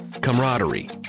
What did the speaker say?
camaraderie